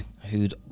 who'd